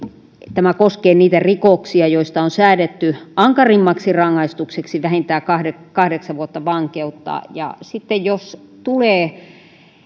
tämä koskee niitä rikoksia joista on säädetty ankarimmaksi rangaistukseksi vähintään kahdeksan vuotta vankeutta ja sitten jos tulee